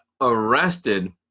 arrested